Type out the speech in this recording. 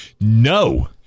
no